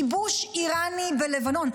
כיבוש איראני בלבנון?